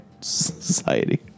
Society